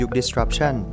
Disruption